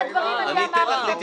אל תשקר.